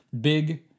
big